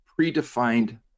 predefined